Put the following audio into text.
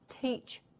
teach